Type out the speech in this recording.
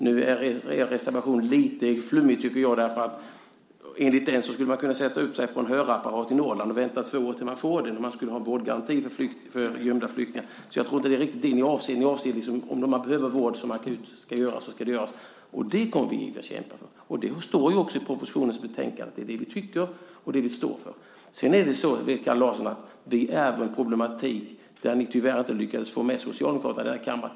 Jag tycker att er reservation är lite flummig, för enligt den skulle man kunna sätta upp sig för en hörapparat i Norrland och vänta i två år till dess att man får den om vi skulle ha vårdgaranti för gömda flyktingar. Jag tror inte att det är riktigt det ni avser, utan ni menar att den akuta vård som man behöver ska utföras. Det kommer vi givetvis att kämpa för. Det står ju också i propositionen och i betänkandet; det är det vi tycker och det vi står för. Kalle Larsson vet att vi ärver en problematik där ni tyvärr inte lyckades få med Socialdemokraterna i den här kammaren.